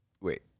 Wait